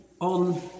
on